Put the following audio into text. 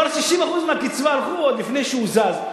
כבר 60% מהקצבה הלכו עוד לפני שהוא זז.